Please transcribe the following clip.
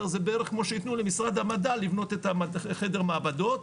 זה בערך כמו להגיד למשרד המדע לבנות את החדר מעבדות,